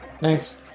Thanks